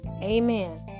Amen